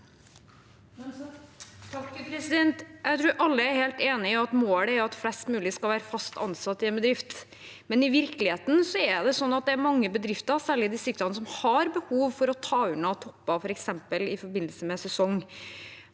(H) Jeg tror alle er helt enig i at målet er at flest mulig skal være fast ansatt i en bedrift, men i virkeligheten er det slik at det er mange bedrifter, særlig i distriktene, som har behov for å ta unna topper f.eks. i forbindelse med sesong.